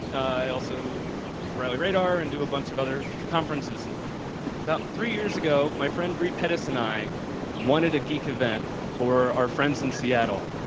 i also run radar and do a bunch of other conferences. and about three years ago, my friend, bre pettis and i wanted a geek event for our friends in seattle.